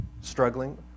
struggling